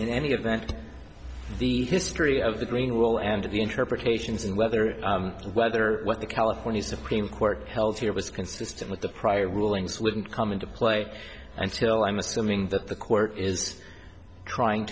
in any event the history of the green well and the interpretations and whether it's whether what the california supreme court held here was consistent with the prior rulings wouldn't come into play until i'm assuming that the court is trying